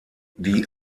die